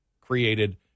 created